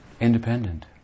independent